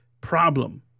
problem